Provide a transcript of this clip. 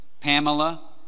Pamela